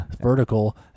vertical